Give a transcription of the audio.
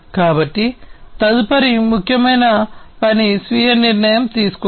కాబట్టి తదుపరి ముఖ్యమైన పని స్వీయ నిర్ణయం తీసుకోవడం